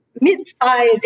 mid-size